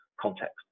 context